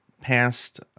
past